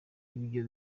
ibyo